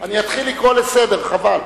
אני אתחיל לקרוא לסדר, חבל.